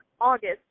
August